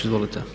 Izvolite.